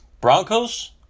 Broncos